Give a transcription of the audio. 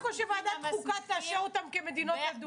כל שוועדת חוקה תאשר אותן כמדינות אדומות.